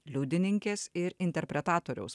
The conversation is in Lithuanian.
liudininkės ir interpretatoriaus